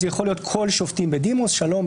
זה יכול להיות כל השופטים בדימוס: השלום,